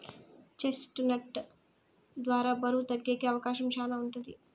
chest నట్ ద్వారా బరువు తగ్గేకి అవకాశం శ్యానా ఉంటది